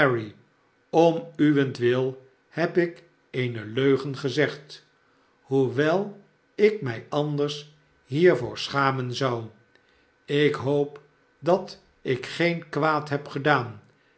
om uwentwil heb ik eene leugen gezegd hoewel ik mij anders hiervoor schamen zou ik hoop dat ik geen kwaad heb gedaan